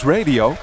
Radio